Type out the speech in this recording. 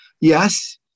Yes